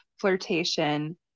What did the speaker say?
flirtation